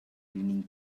cleaning